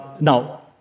Now